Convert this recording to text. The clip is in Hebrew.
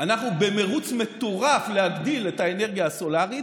אנחנו במרוץ מטורף להגדיל את האנרגיה הסולרית,